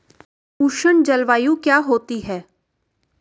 उष्ण जलवायु क्या होती है?